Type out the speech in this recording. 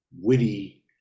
witty